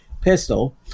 pistol